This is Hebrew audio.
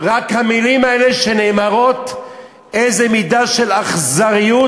רק המילים האלה שנאמרות, איזו מידה של אכזריות,